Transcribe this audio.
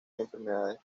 enfermedades